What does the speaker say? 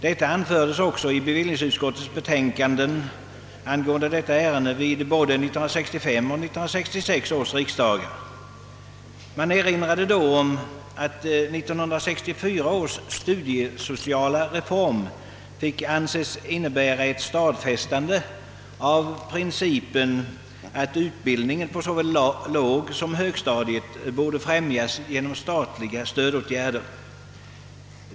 Detta anfördes också i bevillningsutskottets betänkanden angående detta ärende både vid 1965 och 1966 års riksdagar. Man erinrade då om att 1964 års studiesociala reform fick anses innebära ett stadfästande av principen att utbildningen på såväl lågsom högstadiet borde främjas genom statliga stödåtgärder.